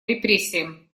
репрессиям